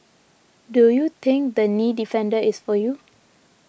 do you think the Knee Defender is for you